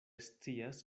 scias